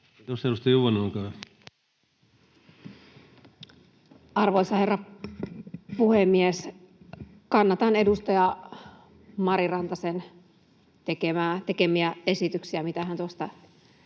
Arvoisa herra puhemies! Kannatan edustaja Mari Rantasen tekemiä esityksiä, mitä hän tuossa